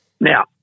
Now